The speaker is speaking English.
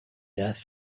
death